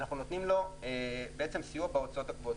אנחנו נותנים לו סיוע בהוצאות הקבועות.